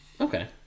okay